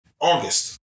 August